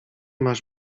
masz